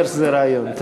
אתה אומר שזה רעיון.